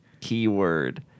keyword